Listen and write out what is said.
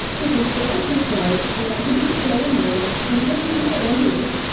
mrs. johnson says i ought to be declared a minor and put as a ward under you.